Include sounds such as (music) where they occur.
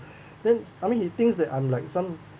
(breath) then I mean he thinks that I'm like some